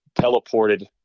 teleported